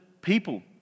people